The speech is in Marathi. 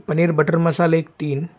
पनीर बटर मसाले एक तीन